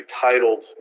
titled